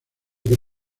que